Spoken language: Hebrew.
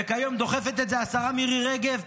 וכיום דוחפת את זה השרה מירי רגב.